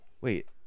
Wait